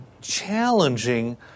challenging